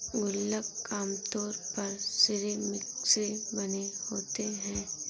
गुल्लक आमतौर पर सिरेमिक से बने होते हैं